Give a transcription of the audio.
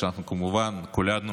שכמובן כולנו